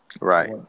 Right